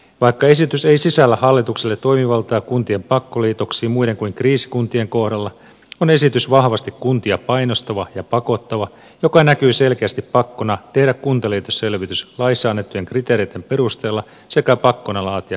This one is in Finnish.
vaikka esitys ei sisällä hallitukselle toimivaltaa kuntien pakkoliitoksiin muiden kuin kriisikuntien kohdalla on esitys vahvasti kuntia painostava ja pakottava mikä näkyy selkeästi pakkona tehdä kuntaliitosselvitys laissa annettujen kriteereitten perusteella sekä pakkona laatia kuntaliitosesitys